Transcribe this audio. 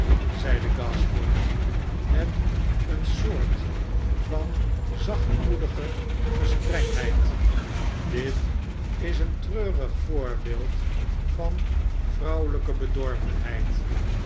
zeide gashford met eene soort van zachtmoedige gestrengheid dit is een treurig voorbeeld van vrouwelijke bedorvenheid